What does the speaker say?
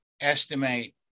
estimate